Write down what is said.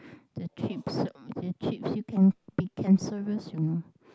the trips the trips you can be cancerous you know